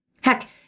Heck